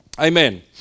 amen